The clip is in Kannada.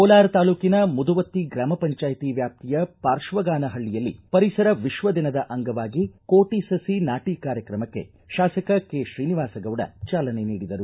ಕೋಲಾರ ತಾಲೂಕಿನ ಮುದುವತ್ತಿ ಗ್ರಾಮ ಪಂಚಾಯ್ತಿ ವ್ಯಾಪ್ತಿಯ ಪಾರ್ಕ್ವಗಾನಹಳ್ಳಯಲ್ಲಿ ಪರಿಸರ ವಿಶ್ವ ದಿನದ ಅಂಗವಾಗಿ ಕೋಟಿ ಸಸಿ ನಾಟಿ ಕಾರ್ಯಕ್ರಮಕ್ಕೆ ಶಾಸಕ ಕೈಶ್ರೀನಿವಾಸಗೌಡ ಚಾಲನೆ ನೀಡಿದರು